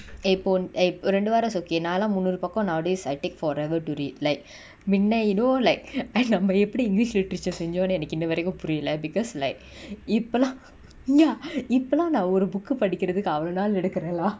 eh phone eh ஒரு ரெண்டு வாரோ:oru rendu vaaro it's okay நாளா முந்நூறு பக்கோ நா அப்டியே:naala munnooru pakko na apdiye is I take forever to read like minnaino like I நம்ம எப்டி:namma epdi english literature செஞ்சோனு எனக்கு இன்னு வரைக்கு புரியல:senjonu enaku innu varaiku puriyala because like இப்பலா:ippala ya இப்பலா நா ஒரு:ippala na oru book uh படிகுரதுக்கு அவளோ நாள் எடுக்குர:padikurathuku avalo naal edukura lah